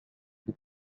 plus